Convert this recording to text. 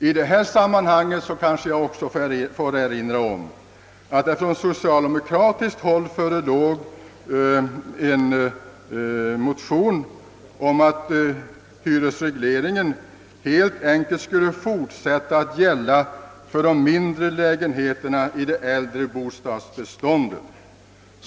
I detta sammanhang vill jag också erinra om att det vid behandlingen förelåg en socialdemokratisk motion om att hyresregleringen helt enkelt skulle få fortsätta att gälla för de mindre lägenheterna i det äldre bostadsbeståndet.